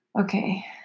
okay